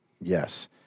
yes